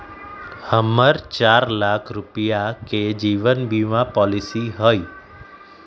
हम्मर चार लाख रुपीया के जीवन बीमा पॉलिसी हई